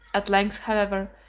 at length, however,